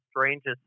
strangest